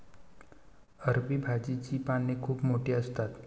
अरबी भाजीची पाने खूप मोठी असतात